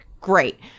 great